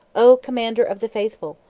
o commander of the faithful,